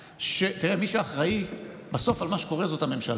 תראה, מי שאחראי בסוף למה שקורה זה הממשלה.